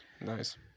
Nice